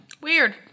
Weird